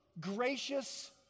gracious